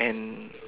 and